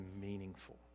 meaningful